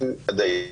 עדיין